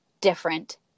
different